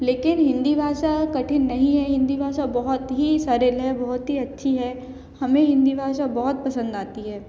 लेकिन हिन्दी भाषा कठिन नहीं है हिन्दी भाषा बहुत ही सरल है बहुत ही अच्छी है हमें हिन्दी भाषा बहुत पसंद आती है